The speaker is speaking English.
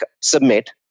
Submit